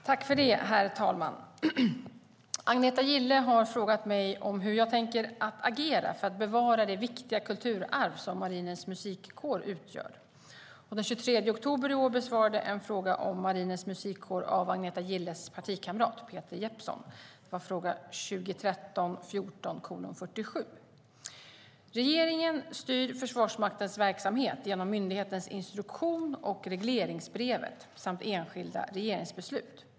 Herr talman! Agneta Gille har frågat mig hur jag tänker agera för att bevara det viktiga kulturarv som Marinens Musikkår utgör. Den 23 oktober i år besvarade jag en fråga om Marinens Musikkår av Agneta Gilles partikamrat Peter Jeppsson . Regeringen styr Försvarsmaktens verksamhet genom myndighetens instruktion och regleringsbrevet samt enskilda regeringsbeslut.